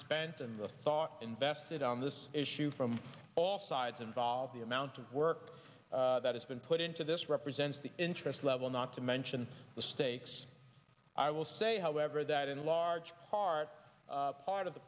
spent and the thought invested on this issue from all sides involved the amount of work that has been put into this represents the interest level not to mention the stakes i will say however that in large part part of the